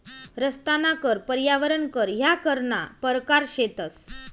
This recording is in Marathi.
रस्ताना कर, पर्यावरण कर ह्या करना परकार शेतंस